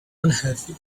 unhealthy